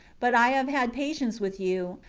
but i have had patience with you,